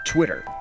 Twitter